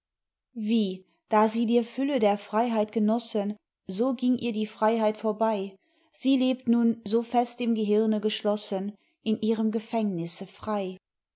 wie da sie dir fülle der freiheit genossen so ging ihr die freiheit vorbei sie lebt nun so fest im gehirne geschlossen in ihrem gefängnisse frei